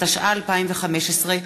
התשע"ו 2015,